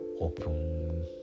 open